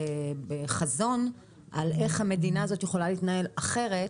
חזון על איך המדינה יכולה להתנהל אחרת